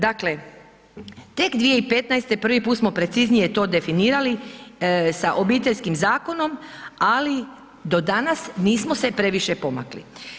Dakle, tek 2015. prvi put smo preciznije to definirali sa Obiteljskim zakonom, ali do danas nismo se previše pomakli.